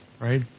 right